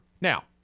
Now